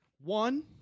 One